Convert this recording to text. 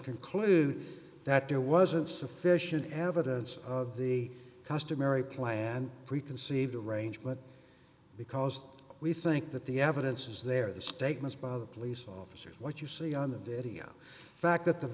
conclude that there wasn't sufficient evidence of the customary play and preconceived range but because we think that the evidence is there the statements by the police officer what you see on the video fact that the